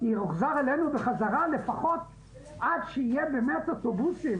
יוחזר אלינו חזרה לפחות עד שיהיו באמת אוטובוסים